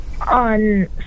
on